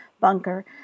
bunker